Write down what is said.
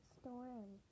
storm